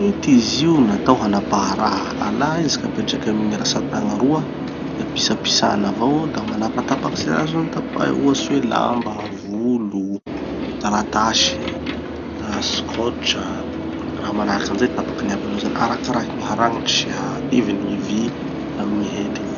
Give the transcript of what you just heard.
Gny hety izy io natao hanapaha raha. Alà izy ka apetraky amy gny ratsa-tagna roa, da pitsapitsana avao, da manapatapaky ze azony tapahy, ohatsy hoe lamba, volo, taratasy, ah scotch, raha manahaky anizay tapakiny aby izy io. Arakarakin'ny gny haragnitry sy hatevin'ny gny vy amy gny hety igny.